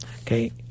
Okay